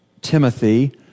Timothy